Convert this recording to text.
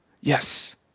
Yes